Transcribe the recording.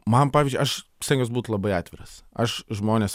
man pavyzdžiui aš stengiuos būt labai atviras aš žmones